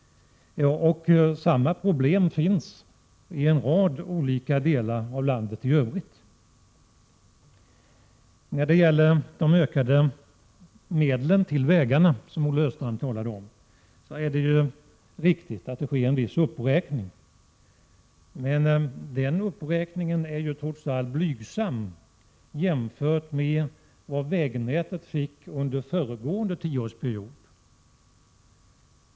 Samma problem finns i en rad olika delar av landet i övrigt. När det gäller de ökade medlen till vägarna som Olle Östrand talade om är det riktigt att det sker en viss uppräkning, men den uppräkningen är trots allt blygsam jämfört med vad vägvägnätet fick under föregående tioårsperiod.